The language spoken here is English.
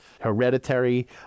hereditary